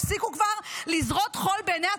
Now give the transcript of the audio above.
תפסיקו כבר לזרות חול בעיני הציבור,